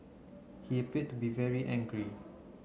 he appeared to be very angry